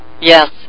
Yes